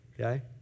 okay